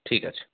ঠিক আছে